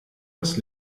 das